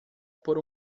por